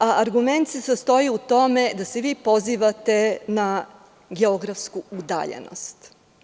Argument se sastoji u tome da se vi pozivate na geografsku udaljenost.